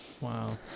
Wow